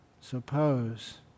suppose